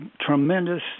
tremendous